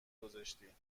گذاشتی